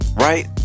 Right